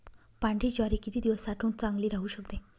पांढरी ज्वारी किती दिवस साठवून चांगली राहू शकते?